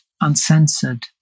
uncensored